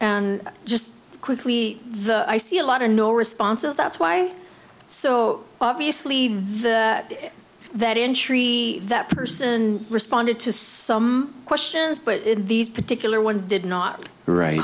and just quickly the i see a lot of no responses that's why so obviously that entry that person responded to some questions but these particular ones did not wri